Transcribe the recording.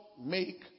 make